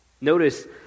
Notice